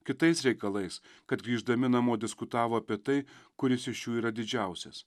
kitais reikalais kad grįždami namo diskutavo apie tai kuris iš jų yra didžiausias